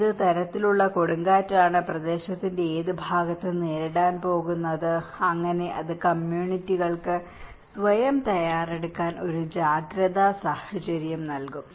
ഏത് തരത്തിലുള്ള കൊടുങ്കാറ്റാണ് പ്രദേശത്തിന്റെ ഏത് ഭാഗത്ത് നേരിടാൻ പോകുന്നത് അങ്ങനെ അത് കമ്മ്യൂണിറ്റികൾക്ക് സ്വയം തയ്യാറെടുക്കാൻ ഒരു ജാഗ്രതാ സാഹചര്യം നൽകും